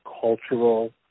cultural